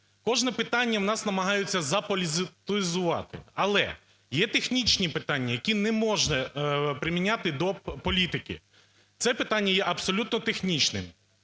Кожне питання в нас намагаються заполітизувати. Але є технічні питання, які не можна приміняти до політики. Це питання є абсолютно технічним.